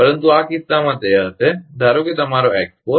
પરંતુ આ કિસ્સામાં તે હશે ધારો કે તમારો x4